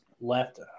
left